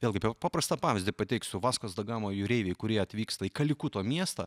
vėlgi per paprastą pavyzdį pateiksiu vaskos da gamo jūreiviai kurie atvyksta į kalikuto miestą